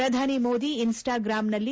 ಪ್ರಧಾನಿ ಮೋದಿ ಇನ್ಸ್ಟಾಗ್ರಾಮ್ನಲ್ಲಿ